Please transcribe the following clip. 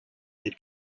their